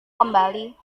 kembali